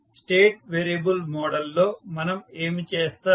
state variable మోడల్లో మనం ఏమి చేస్తాం